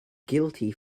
guilty